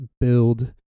build